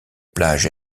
plage